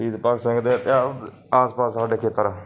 ਸ਼ਹੀਦ ਭਗਤ ਸਿੰਘ ਦਾ ਇਤਿਹਾਸ ਆਸ ਪਾਸ ਸਾਡੇ ਖੇਤਰ